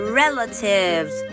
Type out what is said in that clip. relatives